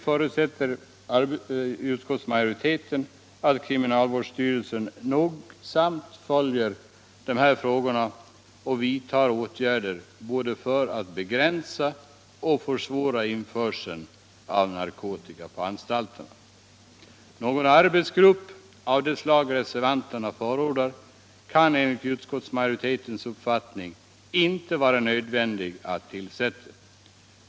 förutsätter utskottsmajoriteten att kriminalvårdsstyrelsen nog följer de här frågorna och vidtar åtgärder för att både begränsa och br införseln av narkotika på anstalterna. Någon arbetsgrupp av det slag reservanterna förordar kan det enligt I utskottsmajoritetens uppfattning inte vara nödvändigt att tillsätta.